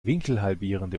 winkelhalbierende